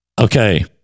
Okay